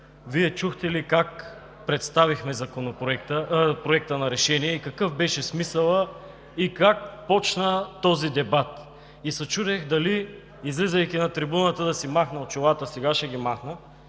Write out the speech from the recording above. Вие чухте ли как представихме Проекта на решение, какъв беше смисълът и как започна този дебат? И се чудех дали, излизайки на трибуната, да си махна очилата. Сега ще ги махна,